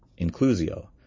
inclusio